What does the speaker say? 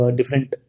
different